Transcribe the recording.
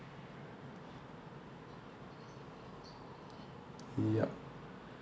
yup